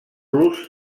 los